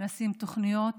נשים תוכניות